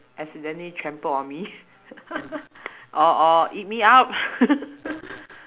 accidentally trample on me or or eat me up